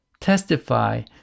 testify